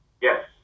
Yes